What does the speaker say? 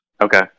Okay